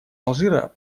алжира